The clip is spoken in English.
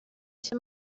too